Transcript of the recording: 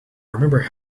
remember